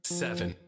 seven